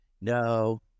no